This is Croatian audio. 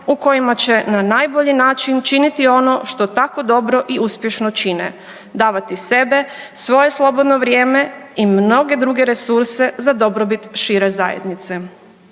u kojima će na najbolji način činiti ono što tako dobro i uspješno čine, davati sebe, svoje slobodno vrijeme i mnoge druge resurse za dobrobit šire zajednice.